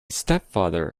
stepfather